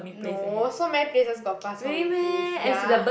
no so many places got Bak Chor Mee please ya